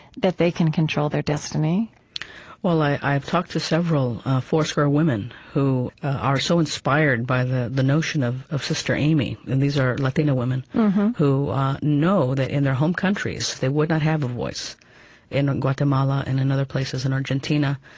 that they can control their destiny well, i, i've talked to several foursquare women who are so inspired by the the notion of of sister aimee. and these are latina women who know that in their home countries, they would not have a voice in guatemala and in and other places in argentina.